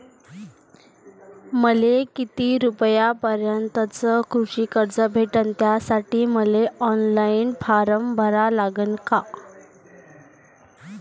मले किती रूपयापर्यंतचं कृषी कर्ज भेटन, त्यासाठी मले ऑनलाईन फारम भरा लागन का?